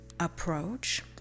approach